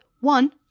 One